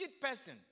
person